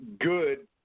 good